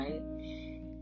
right